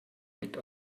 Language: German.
liegt